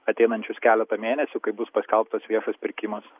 ateinančius keletą mėnesių kai bus paskelbtas viešas pirkimas